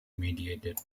mediated